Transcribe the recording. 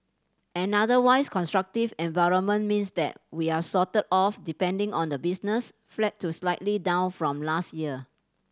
an otherwise constructive environment means that we're sort of depending on the business flat to slightly down from last year